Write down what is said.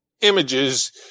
images